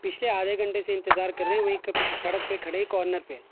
پچھلے آدھے گھنٹے سے انتظار کر رہے ہیں وہ ایک سڑک پہ کھڑے ہیں کارنر پہ